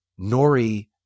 Nori